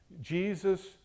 Jesus